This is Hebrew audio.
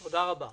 תודה רבה.